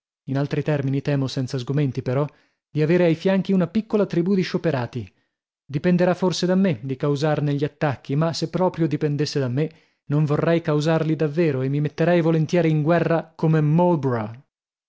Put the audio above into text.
in altri termini temo senza sgomenti però di avere ai fianchi una piccola tribù di scioperati dipenderà forse da me di causarne gli attacchi ma se proprio dipendesse da me non vorrei causarli davvero e mi metterei volentieri in guerra come